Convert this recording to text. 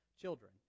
children